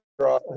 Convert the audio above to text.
draw